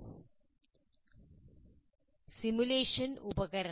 ഒരു സിമുലേഷൻ ഉപകരണം